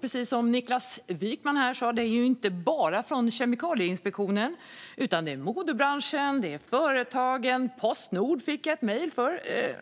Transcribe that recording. Precis som Niklas Wykman sa kommer kritiken inte bara från Kemikalieinspektionen utan också från modebranschen och företagen - jag fick